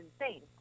insane